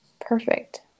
Perfect